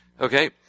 Okay